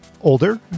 older